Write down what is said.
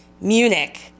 Munich